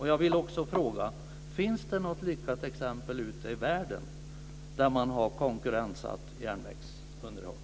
Jag vill också fråga om det finns något lyckat exempel ute i världen där man har konkurrensutsatt järnvägsunderhåll.